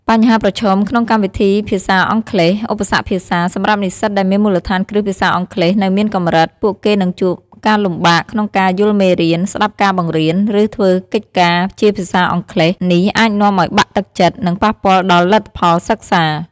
បញ្ហាប្រឈមក្នុងកម្មវិធីភាសាអង់គ្លេស ឧបសគ្គភាសា សម្រាប់និស្សិតដែលមានមូលដ្ឋានគ្រឹះភាសាអង់គ្លេសនៅមានកម្រិត ពួកគេនឹងជួបការលំបាកក្នុងការយល់មេរៀន ស្តាប់ការបង្រៀន ឬធ្វើកិច្ចការជាភាសាអង់គ្លេស នេះអាចនាំឱ្យបាក់ទឹកចិត្ត និងប៉ះពាល់ដល់លទ្ធផលសិក្សា។